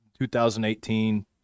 2018